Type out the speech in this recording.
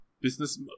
Business